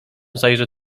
zajrzę